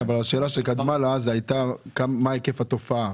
כן, אבל השאלה שקדמה לה היתה מה היקף התופעה?